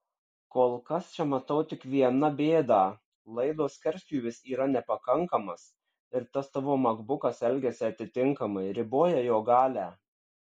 kol kas čia matau tik viena bėdą laido skerspjūvis yra nepakankamas ir tas tavo makbukas elgiasi atitinkamai riboja jo galią